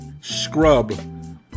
scrub